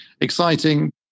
exciting